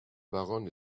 baronne